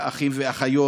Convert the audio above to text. והאחים והאחיות,